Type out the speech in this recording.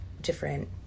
different